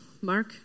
Mark